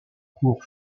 cours